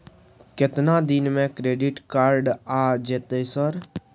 केतना दिन में क्रेडिट कार्ड आ जेतै सर?